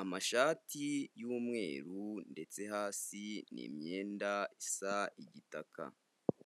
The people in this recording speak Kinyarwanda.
amashati y'umweru ndetse hasi ni imyenda isa igitaka.